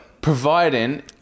Providing-